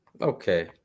Okay